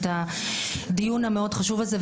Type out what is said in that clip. את הדיון המאוד חשוב הזה.